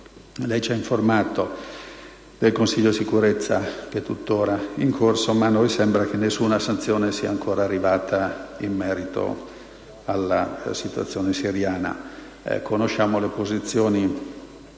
Lei ci ha informati del Consiglio di Sicurezza che è tuttora in corso, ma a noi sembra che nessuna sanzione sia ancora arrivata in merito alla situazione siriana. Conosciamo le posizioni